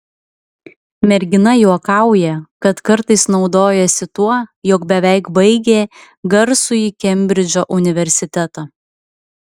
mergina juokauja kad kartais naudojasi tuo jog beveik baigė garsųjį kembridžo universitetą